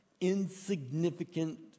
insignificant